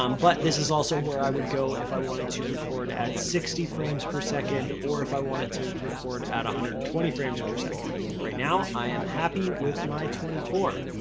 um but this is also where i would go if i wanted to record at sixty frames per second or if i wanted to record hundred and twenty frames per second. right now i am happy with my twenty four,